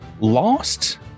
Lost